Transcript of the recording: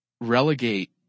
relegate